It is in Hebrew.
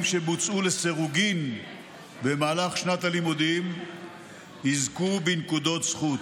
שבוצעו לסירוגין במהלך שנת הלימודים יזכו בנקודות זכות.